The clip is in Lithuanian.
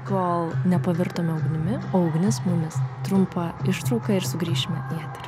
kol nepavirtome ugnimi o ugnis mumis trumpa ištrauka ir sugrįšime į eterį